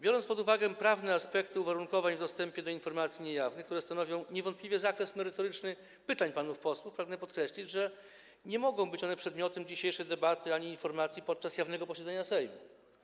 Biorąc pod uwagę prawne aspekty uwarunkowań dostępu do informacji niejawnych, które stanowią niewątpliwie zakres merytoryczny pytań panów posłów, pragnę podkreślić, że nie mogą być one przedmiotem dzisiejszej debaty ani informacji podczas jawnego posiedzenia Sejmu.